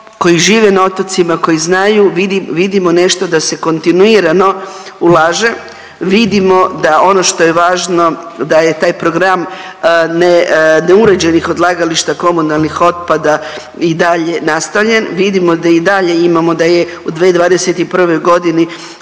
koji žive na otocima, koji znaju vidimo nešto da se kontinuirano ulaže, vidimo da ono što je važno da je taj program ne, neuređenih odlagališta komunalnih otpada i dalje nastavljen, vidimo da i dalje imamo da je u 2021. godini